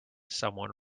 someone